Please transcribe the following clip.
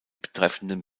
betreffenden